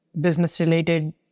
business-related